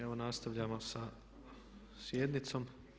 Evo nastavljamo sa sjednicom.